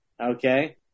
Okay